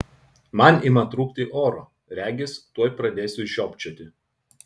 man ima trūkti oro regis tuoj pradėsiu žiopčioti